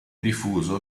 diffuso